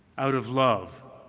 out of love,